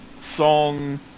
song